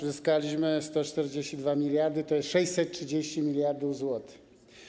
Zyskaliśmy 142 mld euro, tj. 630 mld zł.